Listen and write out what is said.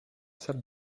salle